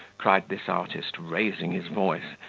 cried this artist, raising his voice,